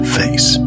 face